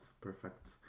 perfect